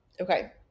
okay